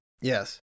Yes